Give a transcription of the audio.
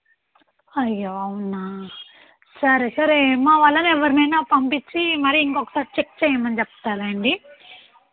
అయ్యో అవునా సరే సరే మా వాళ్ళను ఎవ్వరినైనా పంపిచ్చి మరి ఇంకొకసారి చెక్ చేయమని చెప్తాలేండి